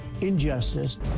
injustice